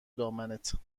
دامنت